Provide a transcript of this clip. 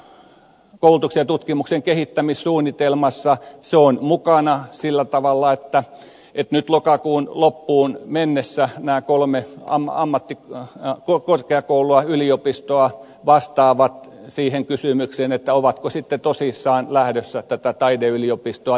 nyt koulutuksen ja tutkimuksen kehittämissuunnitelmassa se on mukana sillä tavalla että nyt lokakuun loppuun mennessä nämä kolme ammattikorkeakoulua yliopistoa vastaavat siihen kysymykseen ovatko sitten tosissaan lähdössä tekemään tätä taideyliopistoa